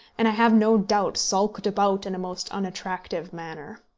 and, i have no doubt, skulked about in a most unattractive manner.